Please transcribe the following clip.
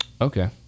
Okay